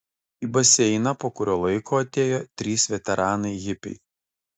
į baseiną po kurio laiko atėjo trys veteranai hipiai